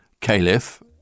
Caliph